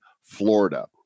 Florida